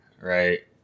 right